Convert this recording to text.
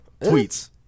Tweets